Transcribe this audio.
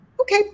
Okay